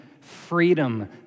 freedom